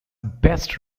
best